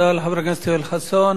תודה לחבר הכנסת יואל חסון.